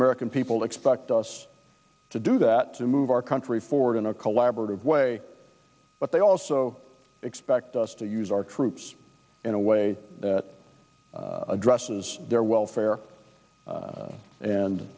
american people expect us to do that to move our country forward in a collaborative way but they also expect us to use our troops in a way that addresses their welfare